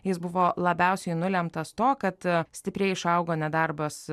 jis buvo labiausiai nulemtas to kad stipriai išaugo nedarbas